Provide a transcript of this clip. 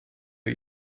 you